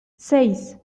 seis